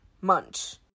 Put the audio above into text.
Munch